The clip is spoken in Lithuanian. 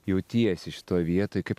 jautiesi šitoj vietoj kaip